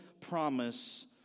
promise